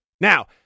Now